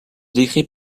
décrit